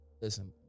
listen